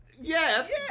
yes